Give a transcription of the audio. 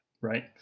Right